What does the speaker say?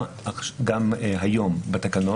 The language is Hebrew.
גם היום בתקנות,